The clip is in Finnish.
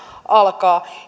alkaa